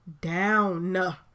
down